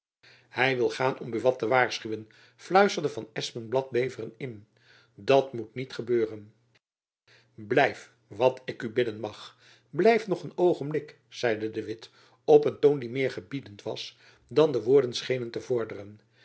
hy wil gaan om buat te waarschuwen fluisterde van espenblad beveren in dat moet niet gebeuren blijf wat ik u bidden mag blijf nog een oogenblik zeide de witt op een toon die meer gebiedend was dan de woorden schenen te vorderen